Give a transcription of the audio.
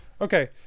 Okay